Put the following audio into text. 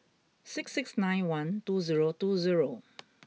six six nine one two zero two zero